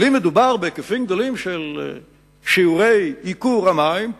אבל אם מדובר בהיקפים גדולים של שיעורי ייקור המים,